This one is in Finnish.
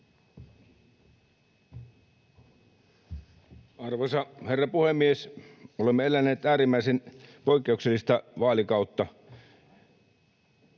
Arvoisa herra puhemies! Olemme eläneet äärimmäisen poikkeuksellista vaalikautta.